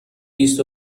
بیست